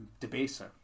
Debaser